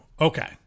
Okay